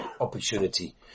opportunity